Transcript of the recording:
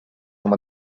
oma